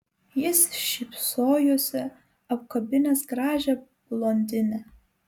jis šypsojosi apkabinęs gražią blondinę